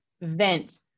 vent